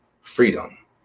freedom